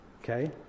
okay